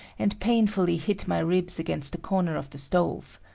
and painfully hit my ribs against the corner of the stove.